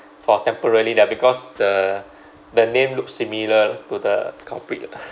for temporarily lah because the the name looks similar to the culprit